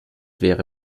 wäre